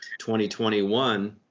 2021